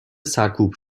سرکوب